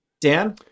Dan